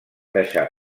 deixar